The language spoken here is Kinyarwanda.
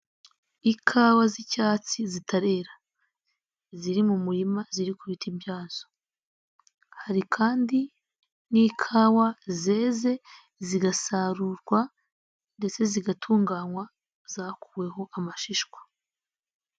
Ikawa z'icyatsi zitarera ziri mu murima ziri ku biti byazo .Hari kandi n'ikawa zeze zigasarurwa ndetse zigatunganywa zakuweho amashishwa.